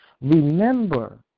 Remember